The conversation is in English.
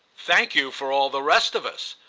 thank you for all the rest of us!